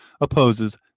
opposes